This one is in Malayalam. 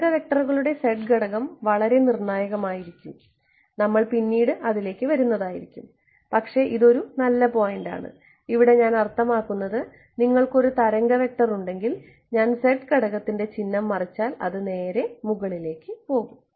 തരംഗ വെക്റ്ററുകളുടെ z ഘടകം വളരെ നിർണായകമായിരിക്കും നമ്മൾ പിന്നീട് അതിലേക്ക് വരുന്നതായിരിക്കും പക്ഷേ ഇത് ഒരു നല്ല പോയിന്റാണ് ഇവിടെ ഞാൻ അർത്ഥമാക്കുന്നത് നിങ്ങൾക്ക് ഒരു തരംഗ വെക്റ്റർ ഉണ്ടെങ്കിൽ ഞാൻ z ഘടകത്തിന്റെ ചിഹ്നം മറിച്ചാൽ അത് നേരെ മുകളിലേക്ക് പോകും